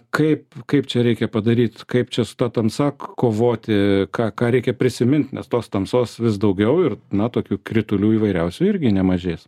kaip kaip čia reikia padaryt kaip čia su ta tamsa k kovoti ką ką reikia prisimint nes tos tamsos vis daugiau ir na tokių kritulių įvairiausių irgi nemažės